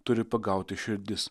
turi pagauti širdis